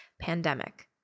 pandemic